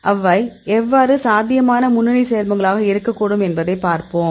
அவை எவ்வாறு சாத்தியமான முன்னணி சேர்மங்களாக இருக்கக்கூடும் என்பதைப் பார்ப்போம்